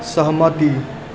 सहमति